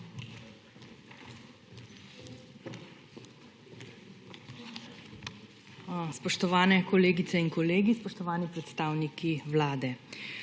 Spoštovane kolegice in kolegi, spoštovani predstavniki Vlade!